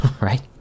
right